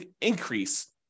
increase